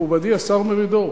מכובדי, השר מרידור,